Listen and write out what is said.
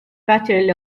battle